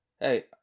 Hey